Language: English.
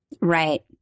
Right